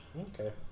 Okay